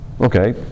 Okay